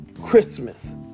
Christmas